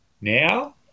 now